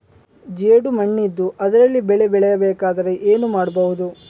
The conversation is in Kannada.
ಜೇಡು ಮಣ್ಣಿದ್ದು ಅದರಲ್ಲಿ ಬೆಳೆ ಬೆಳೆಯಬೇಕಾದರೆ ಏನು ಮಾಡ್ಬಹುದು?